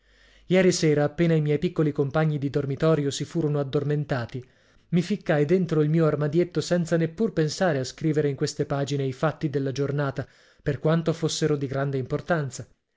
ieri sera appena i miei piccoli compagni di dormitorio si furono addormentati mi ficcai dentro il mio armadietto senza neppur pensare a scrivere in queste pagine i fatti della giornata per quanto fossero di grande importanza